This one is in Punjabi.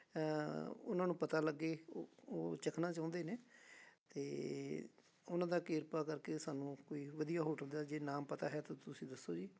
ਉਹਨਾਂ ਨੂੰ ਪਤਾ ਲੱਗੇ ਓ ਓਹ ਚੱਖਣਾ ਚਾਹੁੰਦੇ ਨੇ ਅਤੇ ਉਹਨਾਂ ਦਾ ਕਿਰਪਾ ਕਰਕੇ ਸਾਨੂੰ ਕੋਈ ਵਧੀਆ ਹੋਟਲ ਦਾ ਜੇ ਨਾਮ ਪਤਾ ਹੈ ਤਾਂ ਤੁਸੀਂ ਦੱਸੋ ਜੀ